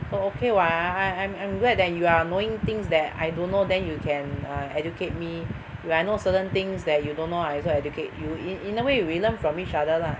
oh okay [what] I I I'm I'm glad that you are knowing things that I don't know then you can err educate me if I know certain things that you don't know I also educate you in in a way we learn from each other lah